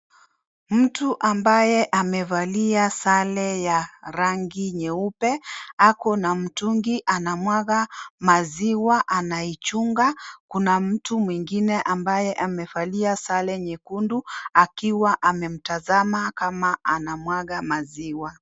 Mtu ambaye amevalia sare ya rangi nyeupe ako na mtungi anamwaga maziwa anaichunga kuna mtu mwingine ambaye amevalia sare nyekundu akiwa amemtazama kama anamwaga maziwa.